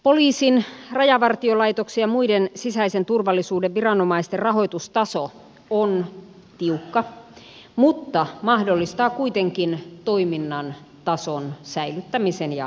poliisin rajavartiolaitoksen ja muiden sisäisen turvallisuuden viranomaisten rahoitustaso on tiukka mutta mahdollistaa kuitenkin toiminnan tason säilyttämisen ja turvaamisen